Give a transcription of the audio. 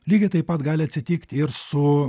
lygiai taip pat gali atsitikti ir su